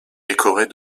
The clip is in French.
décorés